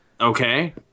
Okay